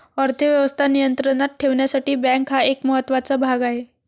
अर्थ व्यवस्था नियंत्रणात ठेवण्यासाठी बँका हा एक महत्त्वाचा भाग आहे